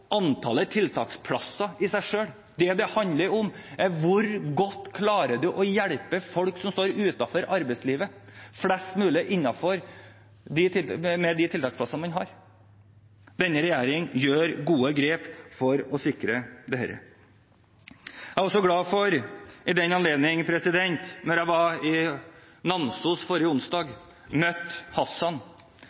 antallet tiltaksplasser i seg selv er det viktigste – det det handler om, er hvor godt man klarer å hjelpe folk som står utenfor arbeidslivet, å få flest mulig innenfor med de tiltaksplassene man har. Denne regjeringen tar gode grep for å sikre dette. Jeg er også glad for at jeg da jeg var i Namsos forrige onsdag, fikk anledning til å møte Hassan,